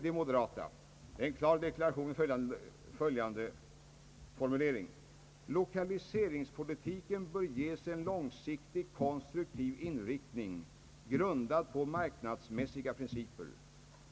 En klar deklaration görs i följande formulering: »Lokaliseringspolitiken bör ges en långsiktig konstruktiv inriktning grundad på marknadsmässiga principer.